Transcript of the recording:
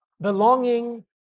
belonging